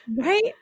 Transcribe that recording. Right